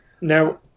Now